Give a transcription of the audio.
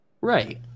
Right